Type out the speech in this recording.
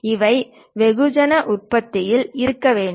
இவை வெகுஜன உற்பத்தியில் இருக்க வேண்டும்